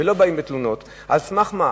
ולא באים בתלונות, על סמך מה?